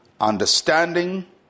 understanding